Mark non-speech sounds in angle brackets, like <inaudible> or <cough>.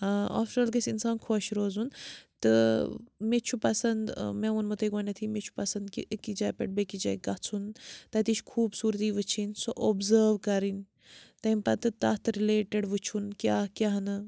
<unintelligible> گژھِ اِنسان خۄش روزُن تہٕ مےٚ چھُ پَسَنٛد مےٚ ووٚنمو تۄہہِ گۄڈٕنٮ۪تھٕے مےٚ چھُ پَسَنٛد کہِ أکِس جایہِ پٮ۪ٹھ بیٚیہِ کِس جایہِ گژھُن تَتِچ خوٗبصوٗرتی وٕچھِنۍ سُہ اوٚبزٲو کَرٕنۍ تَمۍ پَتہٕ تَتھ رِلیٹٕڈ وٕچھُن کیٛاہ کیٛاہ نہٕ